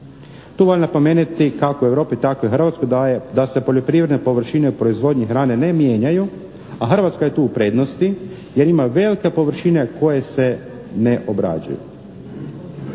Tu valja napomenuti, kako u Europi tako i Hrvatskoj daje da se poljoprivredne površine u proizvodnji hrane ne mijenjaju a Hrvatska je tu u prednosti, jer ima velike površine koje se ne obrađuju.